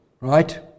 right